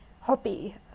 hobby